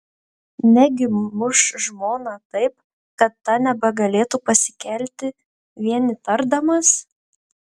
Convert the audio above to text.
negi muš žmoną taip kad ta nebegalėtų pasikelti vien įtardamas